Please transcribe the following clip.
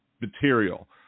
material